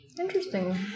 Interesting